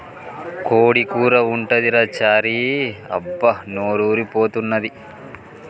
కోడి కూర ఉంటదిరా చారీ అబ్బా నోరూరి పోతన్నాది